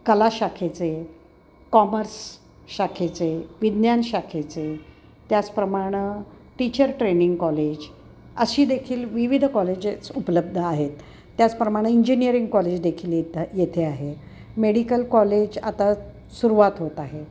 कला शाखेचे कॉमर्स शाखेचे विज्ञान शाखेचे त्याचप्रमाणं टीचर ट्रेनिंग कॉलेज अशी देखील विविध कॉलेजेस उपलब्ध आहेत त्याचप्रमाणं इंजिनिअरिंग कॉलेज देखील येतं येथे आहे मेडिकल कॉलेज आता सुरुवात होत आहे